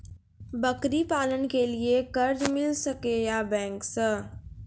बकरी पालन के लिए कर्ज मिल सके या बैंक से?